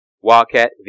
Wildcat